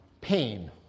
pain